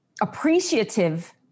appreciative